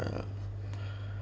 uh